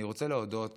אני רוצה להודות